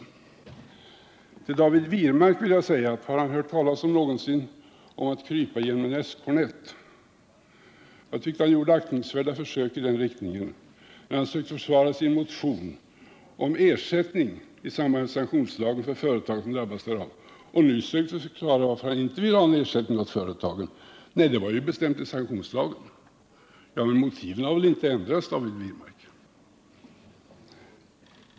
Jag vill fråga David Wirmark om han någonsin hört talesättet att krypa genom en esskornett. Jag tyckte att han gjorde ett aktningsvärt försök i den riktningen, när han skulle försvara sin motion om ersättning till företag som drabbas av sanktionslagen och nu försökte förklara varför han inte ville ha någon ersättning till företagen. Orsaken till att han nu inte ville att det skulle utgå ersättning var att det var bestämt i sanktionslagen. Men motiven har väl inte ändrats, David Wirmark?